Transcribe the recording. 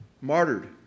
martyred